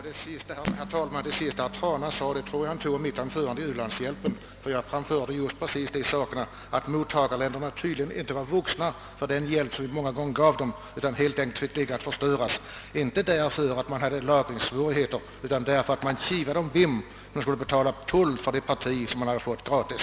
Herr talman! Det sista som herr Trana sade kunde han ha hämtat direkt ur mitt anförande om u-landshjälpen. Jag framhöll just att utvecklingsländerna inte är vuxna den hjälp vi ger dem. Livsmedel fick ligga och förstöras, dock inte på grund av lagringssvårigheter utan därför att man kivades om vem som skulle betala tull för det livsmedelsparti man hade fått gratis.